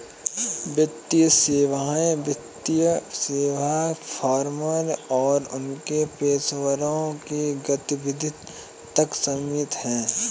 वित्तीय सेवाएं वित्तीय सेवा फर्मों और उनके पेशेवरों की गतिविधि तक सीमित हैं